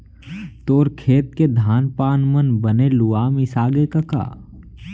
तोर खेत के धान पान मन बने लुवा मिसागे कका?